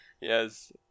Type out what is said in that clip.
Yes